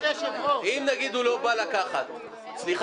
--- אם נגיד הוא לא בא לקחת מהדואר